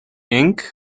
ink